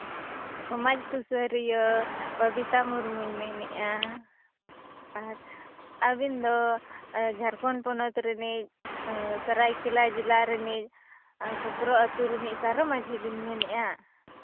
ᱥᱚᱢᱟᱡᱽ ᱥᱩᱥᱟᱹᱨᱤᱭᱟᱹ ᱵᱚᱵᱤᱛᱟ ᱢᱩᱨᱢᱩᱧ ᱢᱮᱱᱮᱫᱼᱟ ᱟᱨ ᱟᱹᱵᱤᱱ ᱫᱚ ᱡᱷᱟᱲᱠᱷᱚᱸᱰ ᱯᱚᱱᱚᱛ ᱨᱤᱱᱤᱡ ᱥᱚᱨᱟᱭᱠᱮᱞᱟ ᱡᱮᱞᱟ ᱨᱤᱱᱤᱡ ᱠᱷᱚᱠᱨᱚ ᱟᱛᱳ ᱨᱤᱱᱤᱡ ᱥᱟᱨᱚ ᱢᱟᱹᱡᱷᱤ ᱵᱮᱱ ᱢᱮᱱᱮᱫᱼᱟ